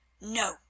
No